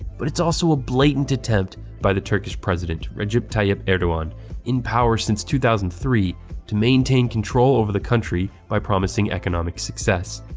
but it's also a blatant attempt by the turkish president, recep tayyip erdogan in power since two thousand and three to maintain control over the country by promising economic success.